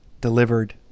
delivered